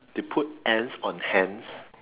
they put ants on hands